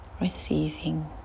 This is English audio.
receiving